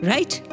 Right